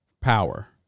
power